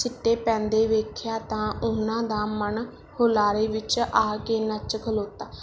ਸਿੱਟੇ ਪੈਂਦੇ ਵੇਖਿਆ ਤਾਂ ਉਹਨਾਂ ਦਾ ਮਨ ਹੁਲਾਰੇ ਵਿੱਚ ਆ ਕੇ ਨੱਚ ਖਲੋਤਾ